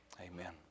Amen